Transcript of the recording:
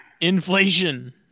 Inflation